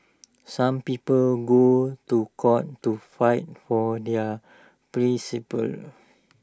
some people go to court to fight for their principles